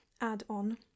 add-on